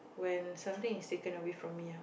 when something is taken away from me ah